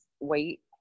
wait